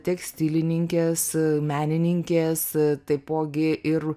tekstilininkės menininkės taipogi ir